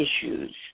issues